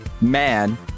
man